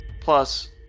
Plus